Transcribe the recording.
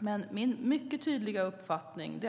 Jag har en mycket tydlig uppfattning.